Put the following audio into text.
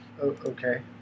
okay